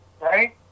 right